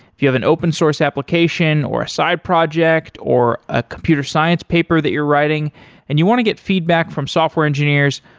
if you have an open source application or a side project or a computer science paper that you're writing and you want to get feedback from software engineers,